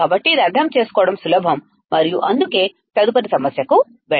కాబట్టి ఇది అర్థం చేసుకోవడం సులభం మరియు అందుకే తదుపరి సమస్యకు వెళ్దాం